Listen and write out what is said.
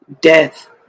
death